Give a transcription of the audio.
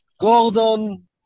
Gordon